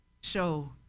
show